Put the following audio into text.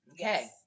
Okay